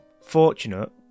fortunate